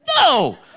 no